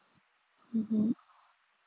mmhmm